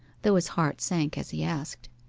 though his heart sank as he asked.